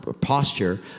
posture